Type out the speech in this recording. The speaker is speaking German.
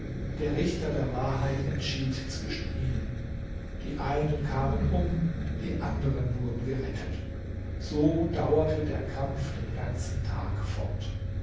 der richter der wahrheit entschied zwischen ihnen die einen kamen um die anderen wurden gerettet so dauerte der kampf den ganzen tag fort